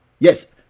Yes